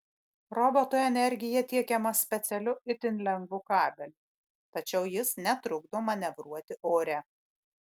robotui energija tiekiama specialiu itin lengvu kabeliu tačiau jis netrukdo manevruoti ore